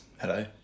Hello